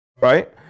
right